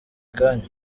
kanya